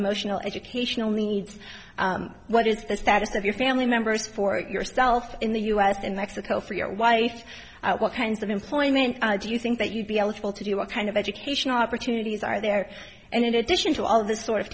emotional educational needs what is the status of your family members for yourself in the u s and mexico for your wife what kinds of employment do you think that you'd be eligible to do what kind of educational opportunities are there and in addition to all the sort of